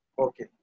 Okay